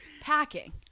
Packing